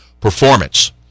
performance